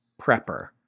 prepper